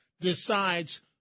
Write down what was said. decides